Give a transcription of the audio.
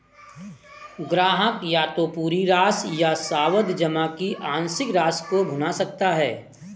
ग्राहक या तो पूरी राशि या सावधि जमा की आंशिक राशि को भुना सकता है